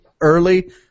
early